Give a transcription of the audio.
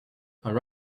are